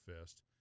fist